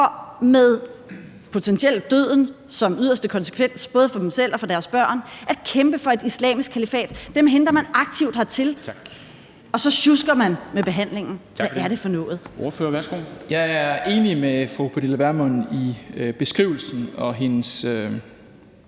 for med potentielt døden som yderste konsekvens både for dem selv og deres børn at kæmpe for et islamisk kalifat. Dem henter man aktivt hertil, og så sjusker man med behandlingen. Hvad er det for noget!